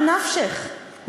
אז ממה נפשך?